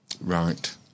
Right